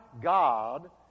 God